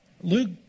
Luke